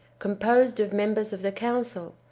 composed of members of the council,